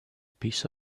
piece